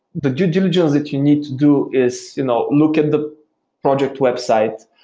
the due diligence that you need to do is you know look at the project website,